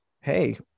hey